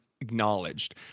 acknowledged